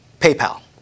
PayPal